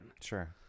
Sure